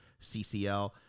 CCL